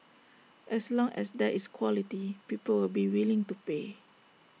as long as there is quality people will be willing to pay